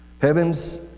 heavens